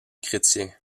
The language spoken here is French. chrétiens